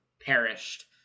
perished